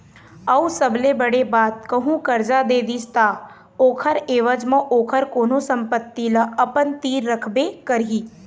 अऊ सबले बड़े बात कहूँ करजा दे दिस ता ओखर ऐवज म ओखर कोनो संपत्ति ल अपन तीर रखबे करही